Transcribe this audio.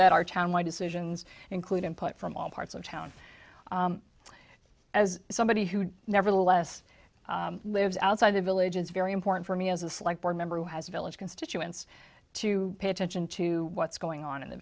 that our town my decisions include input from all parts of town as somebody who nevertheless lives outside the village it's very important for me as a slight board member who has a village constituents to pay attention to what's going on in the